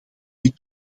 dit